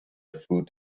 food